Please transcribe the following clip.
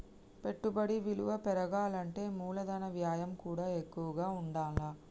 పెట్టుబడి విలువ పెరగాలంటే మూలధన వ్యయం కూడా ఎక్కువగా ఉండాల్ల